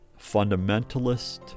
fundamentalist